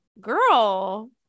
girl